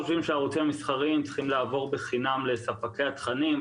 שהערוצים המסחריים צריכים לעבור בחינם לספקי התכנים.